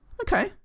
Okay